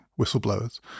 whistleblowers